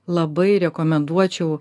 labai rekomenduočiau